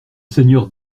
seigneur